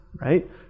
right